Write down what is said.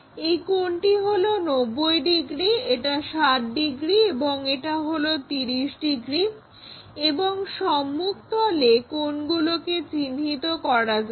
এই কোনটি হলো 90 ডিগ্রী এটা 60 ডিগ্রী এবং এটা হলো 30 ডিগ্রী এবং সম্মুখ তলে বিন্দুগুলোকে চিহ্নিত করা যাক